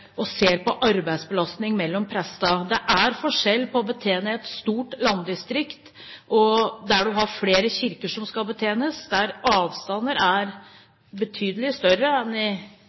og samtidig ser på arbeidsbelastningen prestene imellom. Det er forskjell på å betjene et stort landdistrikt der det er flere kirker, og der avstandene er betydelig større enn i